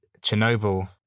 Chernobyl